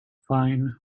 fine